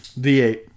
V8